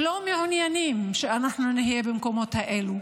שלא מעוניינים שאנחנו נהיה במקומות האלה.